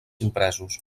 impresos